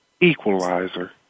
equalizer